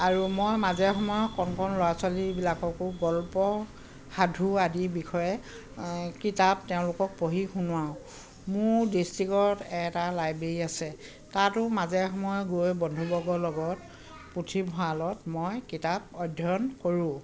আৰু মই মাজে সময়ে কণ কণ ল'ৰা ছোৱালীবিলাককো গল্প সাধু আদিৰ বিষয়ে কিতাপ তেওঁলোকক পঢ়ি শুনোৱাওঁ মোৰ ডিষ্ট্ৰিকত এটা লাইব্ৰেৰী আছে তাতো মাজে সময়ে গৈ বন্ধুবৰ্গৰ লগত পুথিভঁৰালত মই কিতাপ অধ্যয়ন কৰোঁ